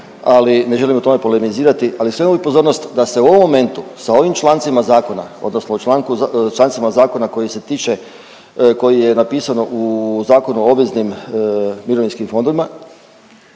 ali ne želim o tome polemizirati ali sveo bi pozornost da se u ovom momentu sa ovim člancima zakona odnosno u člancima zakona koji se tiče, koji je napisano u Zakonu o obveznim mirovinskim fondovima,